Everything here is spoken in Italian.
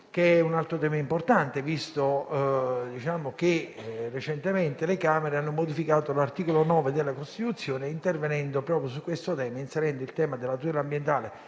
un altro tema importante visto che recentemente le Camere hanno modificato l'articolo 9 della Costituzione, intervenendo proprio su tale questione e inserendo il tema della tutela ambientale